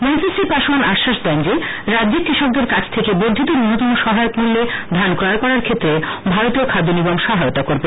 মন্ত্রী শ্রী পাসোয়ান আশ্বাস দেন যে রাজ্যে কৃষকদের কাছ থেকে বর্ধিত ন্যূনতম সহায়ক মূল্যে ধান ক্রয় করার ক্ষেত্রে ভারতীয় খাদ্য নিগম সহায়তা করবে